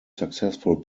successful